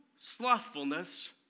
slothfulness